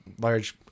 large